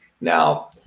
Now